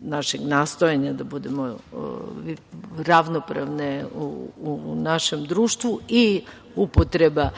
našeg nastojanja da budemo ravnopravne u našem društvu i upotreba